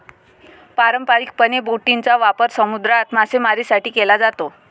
पारंपारिकपणे, बोटींचा वापर समुद्रात मासेमारीसाठी केला जातो